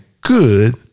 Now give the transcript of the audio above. good